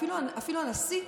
אפילו הנשיא,